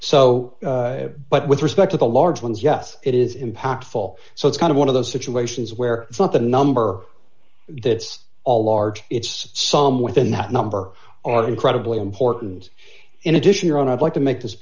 so but with respect to the large ones yes it is impactful so it's kind of one of those situations where it's not the number that's all large it's some within that number are incredibly important in addition around i'd like to make this